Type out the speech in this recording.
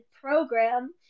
program